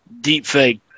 deepfake